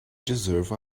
deserve